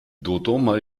dodoma